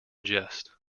jest